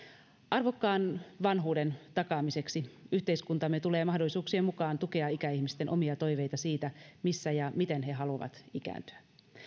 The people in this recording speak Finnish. arvokkaan vanhuuden takaamiseksi yhteiskuntamme tulee mahdollisuuksien mukaan tukea ikäihmisten omia toiveita siitä missä ja miten he haluavat ikääntyä